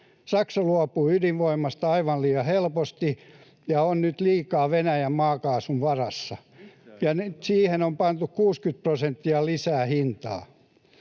Saksa luopuu ydinvoimasta aivan liian helposti ja on nyt liikaa Venäjän maakaasun varassa — ja nyt siihen on pantu 60 prosenttia lisää hintaa.